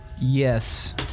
Yes